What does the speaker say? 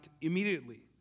immediately